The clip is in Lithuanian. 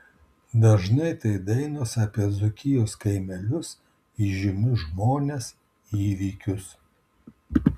dažnai tai dainos apie dzūkijos kaimelius įžymius žmones įvykius